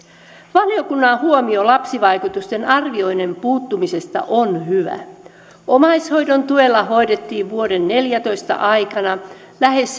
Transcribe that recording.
valiokunnan huomio lapsivaikutusten arvioinnin puuttumisesta on hyvä omaishoidon tuella hoidettiin vuoden neljätoista aikana lähes